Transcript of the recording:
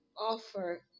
offer